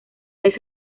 vez